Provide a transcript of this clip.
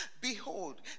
behold